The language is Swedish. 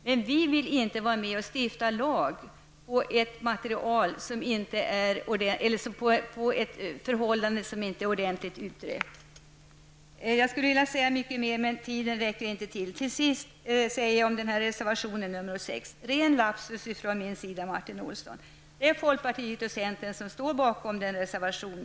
Men vi vill inte vara med om att stifta en lag om ett förhållande som inte är ordentligt utrett. Jag skulle vilja säga mycket mer, men tiden räcker inte till. Jag vill emellertid om reservation 6 säga följande. Jag gjorde en lapsus, Martin Olsson. Det är folkpartiet och centern som står bakom denna reservation.